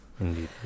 indeed